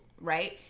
right